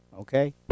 okay